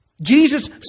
Jesus